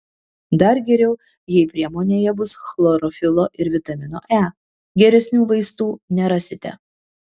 dar geriau jei priemonėje bus chlorofilo ir vitamino e geresnių vaistų nerasite